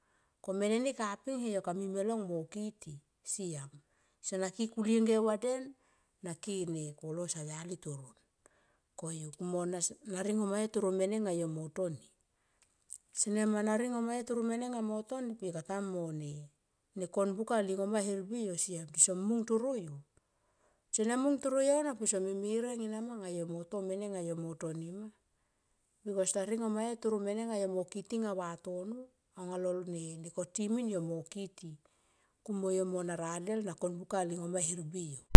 Ko mene ni kapin he yo kami me long mo kiti siam sona ki kulienge au vaden na ki kolos au yali toron koyu sona ringo mayo toro mene nga yo mo toni kata mo ne kon buka le ngo ma her mbi yo siam. Tson mung taro yo, tison mung toro yo na me merang ena ma anga yo mo to mene nga yo mo toni ma. Bikos ta ringom ma yo toro mene nga yo mo kiti nga vatono anga lo nekoti min yo mo kiti kumo yo na radel na kon buka le ngo ma hermbi yo.